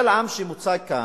משאל העם שמוצע כאן,